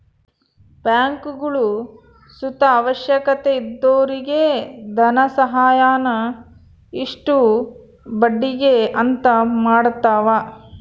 ಬ್ಯಾಂಕ್ಗುಳು ಸುತ ಅವಶ್ಯಕತೆ ಇದ್ದೊರಿಗೆ ಧನಸಹಾಯಾನ ಇಷ್ಟು ಬಡ್ಡಿಗೆ ಅಂತ ಮಾಡತವ